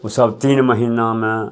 ओसब तीन महिनामे